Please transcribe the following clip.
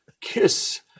Kiss